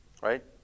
Right